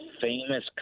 famous